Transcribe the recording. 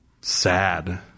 sad